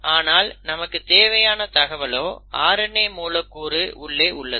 ஆனால் நமக்கு தேவையான தகவலோ RNA மூலக்கூறு உள்ளே உள்ளது